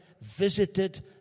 visited